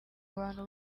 bantu